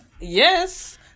yes